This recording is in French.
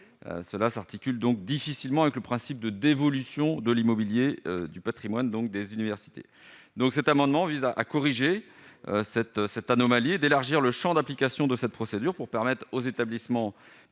Cela s'articule difficilement avec le principe de dévolution du patrimoine des universités. Le présent amendement tend à corriger cette anomalie, en élargissant le champ d'application de cette procédure, pour permettre aux établissements publics